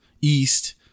east